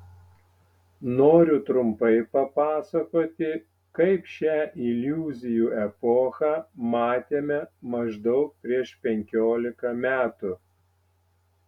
noriu trumpai papasakoti kaip šią iliuzijų epochą matėme maždaug prieš penkiolika metų